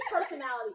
personality